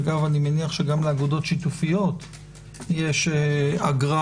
אגב אני מניח שגם לאגודות שיתופיות יש אגרה